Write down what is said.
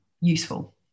useful